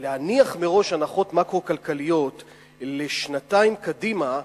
להניח מראש הנחות מקרו-כלכליות לשנתיים קדימה,